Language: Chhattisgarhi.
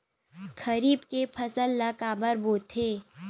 खरीफ के फसल ला काबर बोथे?